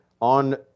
on